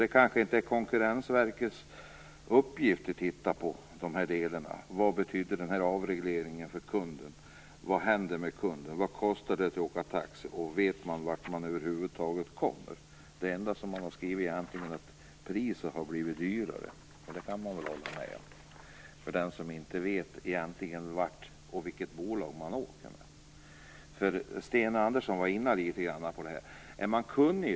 Det kanske inte är Konkurrensverkets uppgift att titta på de här delarna - vad betyder avregleringen för kunden, vad händer med kunden, vad kostar det att åka taxi och vet man över huvud taget vart man kommer? Det enda man egentligen skriver är att priset har blivit högre, och det kan man väl hålla med om, för den som inte vet vilket bolag han åker med. Sten Andersson var litet grand inne på det här med att vara kunnig.